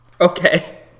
Okay